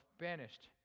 banished